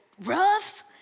rough